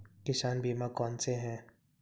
किसान बीमा कौनसे हैं?